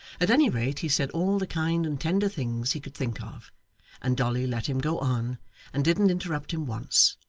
at any rate he said all the kind and tender things he could think of and dolly let him go on and didn't interrupt him once,